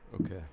Okay